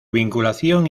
vinculación